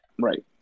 right